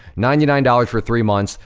ninety nine dollars for three months.